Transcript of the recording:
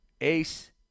ace